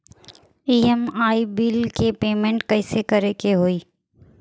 EMI bill के payment कइसे करे के होई?